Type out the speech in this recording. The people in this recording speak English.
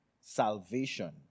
Salvation